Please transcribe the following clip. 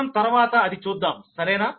మనం తర్వాత అది చూద్దాం సరేనా